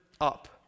up